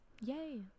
yay